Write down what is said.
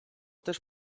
też